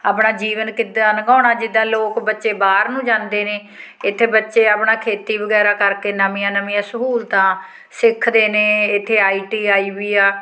ਆਪਣਾ ਜੀਵਨ ਕਿੱਦਾਂ ਲੰਘਾਉਣਾ ਜਿੱਦਾਂ ਲੋਕ ਬੱਚੇ ਬਾਹਰ ਨੂੰ ਜਾਂਦੇ ਨੇ ਇੱਥੇ ਬੱਚੇ ਆਪਣਾ ਖੇਤੀ ਵਗੈਰਾ ਕਰਕੇ ਨਵੀਆਂ ਨਵੀਆਂ ਸਹੂਲਤਾਂ ਸਿੱਖਦੇ ਨੇ ਇੱਥੇ ਆਈ ਟੀ ਆਈ ਵੀ ਆ